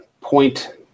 point